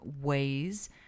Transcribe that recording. ways